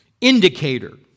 indicator